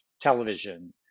television